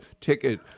ticket